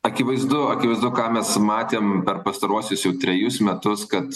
akivaizdu akivaizdu ką mes matėm per pastaruosius jau trejus metus kad